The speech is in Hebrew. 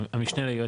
המשנה ליועצת.